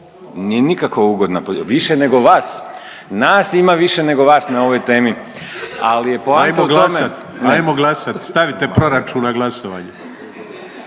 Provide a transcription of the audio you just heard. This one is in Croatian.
Nije nikako ugodna, više nego vas. Nas ima više nego vas na ovoj temi, … …/Upadica Grmoja: Hajmo glasati.